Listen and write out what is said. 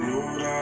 Lord